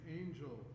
angel